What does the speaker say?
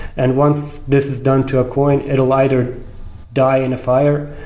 and once this is done to a coin, it will either die in a fire,